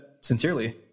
sincerely